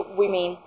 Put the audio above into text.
women